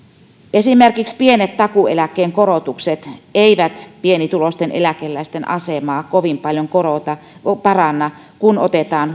esimerkiksi pienet takuueläkkeen korotukset eivät pienituloisten eläkeläisten asemaa kovin paljon paranna kun otetaan